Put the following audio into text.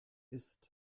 ist